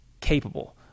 capable